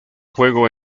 juego